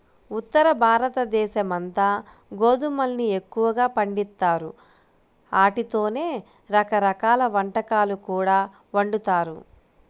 ఉత్తరభారతదేశమంతా గోధుమల్ని ఎక్కువగా పండిత్తారు, ఆటితోనే రకరకాల వంటకాలు కూడా వండుతారు